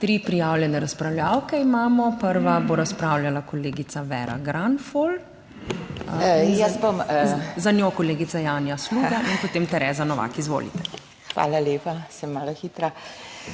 Tri prijavljene razpravljavke imamo. Prva bo razpravljala kolegica Vera Granfol, za njo kolegica Janja Sluga in potem Tereza Novak, izvolite. **VERA GRANFOL (PS